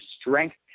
strength